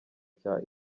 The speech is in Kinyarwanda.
cya